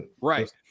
Right